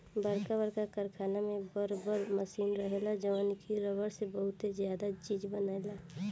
बरका बरका कारखाना में बर बर मशीन रहेला जवन की रबड़ से बहुते ज्यादे चीज बनायेला